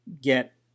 get